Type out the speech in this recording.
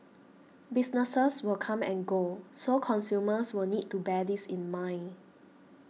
businesses will come and go so consumers will need to bear this in mind